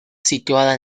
situada